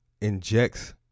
injects